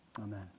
Amen